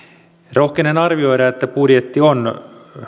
rohkenen arvioida että budjetti on